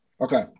Okay